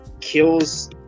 kills